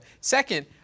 Second